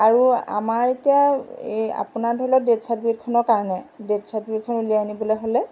আৰু আমাৰ এতিয়া এই আপোনাৰ ধৰি লওক ডেথ চাৰ্টিফিকেটখনৰ কাৰণে ডেথ চাৰ্টিফিকেটখন উলিয়াই আনিবলৈ হ'লে